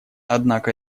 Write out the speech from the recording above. однако